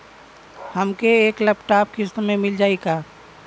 हमके एक लैपटॉप किस्त मे मिल जाई का?